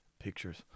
pictures